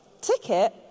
Ticket